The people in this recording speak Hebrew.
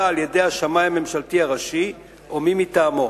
על-ידי השמאי הממשלתי הראשי או מי מטעמו.